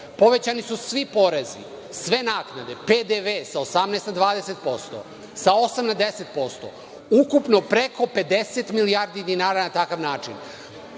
Povučeni su svi porezi, sve naknade, PDV sa 18 na 20%, sa 8 na 10%. Ukupno preko 50 milijardi dinara na takav način.